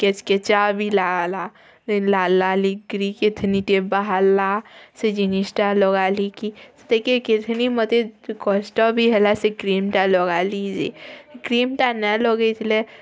କେଚ୍କେଚା ବି ଲାଗଲା ଲାଲ୍ ଲାଲ୍ ହେଇକିରି କେଥନିଟେ ବାହାର୍ଲା ସେ ଜିନିଷ୍ଟା ଲଗାଲି କି ସେଟାକେ କେଥିନି ମୋତେ କଷ୍ଟ ବି ହେଲା ସେ କ୍ରିମ୍ଟା ଲଗାଲି ଯେ କ୍ରିମ୍ଟା ନାଇଁ ଲଗେଇଥିଲେ